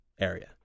area